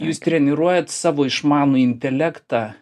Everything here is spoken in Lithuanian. jūs treniruojat savo išmanų intelektą